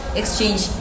exchange